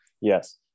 Yes